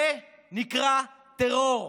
זה נקרא טרור.